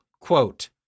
quote